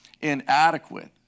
inadequate